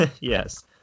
yes